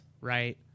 right